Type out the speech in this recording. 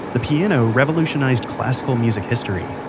the piano revolutionized classical music history.